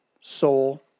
soul